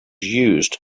used